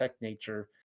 nature